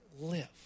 live